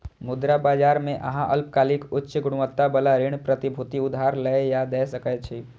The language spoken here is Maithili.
मुद्रा बाजार मे अहां अल्पकालिक, उच्च गुणवत्ता बला ऋण प्रतिभूति उधार लए या दै सकै छी